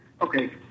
okay